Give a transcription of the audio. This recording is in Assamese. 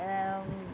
অঁ